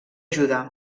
judà